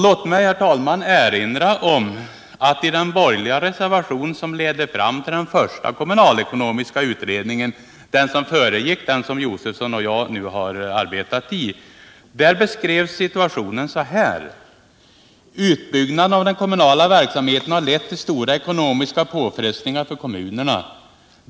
Låt mig, herr talman, erinra om att i den borgerliga reservation som ledde fram till den första kommunalckonomiska utredningen — dvs. den som föregick den som Josefson och jag fram till nyligen har arbetat i — beskrevs situationen så här: "Utbyggnaden av den kommunala verksamheten har lett till stora ekonomiska påfrestningar för kommunerna.